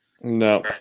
No